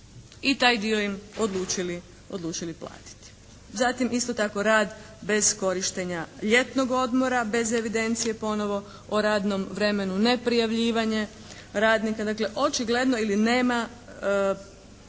i taj dio im odlučili platiti. Zatim, isto tako rad bez korištenja ljetnog odmora, bez evidencije ponovo o radnom vremenu, neprijavljivanje radnika. Dakle, očigledno ili nema